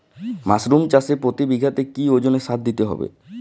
Mushroom চাষে প্রতি বিঘাতে কি ওজনে সার দিতে হবে?